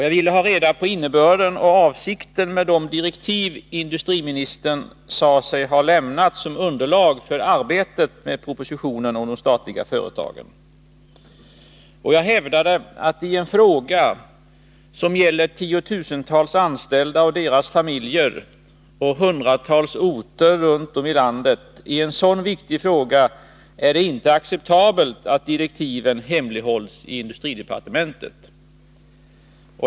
Jag ville ha reda på innebörden och avsikten med de direktiv industriministern sade sig ha lämnat som underlag för arbetet med propositionen om de statliga företagen. Och jag hävdade att i en fråga som gäller tiotusentals anställda och deras familjer och hundratals orter runt om i landet — i en så viktig fråga — är det inte acceptabelt att direktiven hemlighålls i industridepartementet.